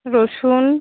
রসুন